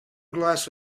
glass